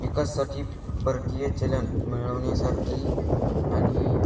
विकाससाठी परकीय चलन मिळवण्यासाठी आणि